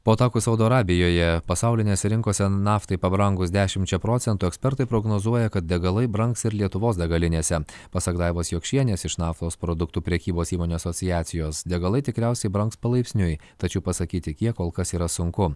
po atakų saudo arabijoje pasaulinėse rinkose naftai pabrangus dešimčia procentų ekspertai prognozuoja kad degalai brangs ir lietuvos degalinėse pasak daivos jokšienės iš naftos produktų prekybos įmonių asociacijos degalai tikriausiai brangs palaipsniui tačiau pasakyti kiek kol kas yra sunku